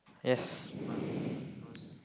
yes